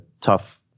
tough